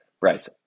Bryce